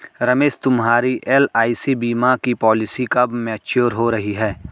रमेश तुम्हारी एल.आई.सी बीमा पॉलिसी कब मैच्योर हो रही है?